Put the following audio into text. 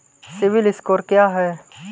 CIBIL score क्या है?